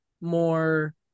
more